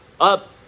up